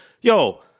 Yo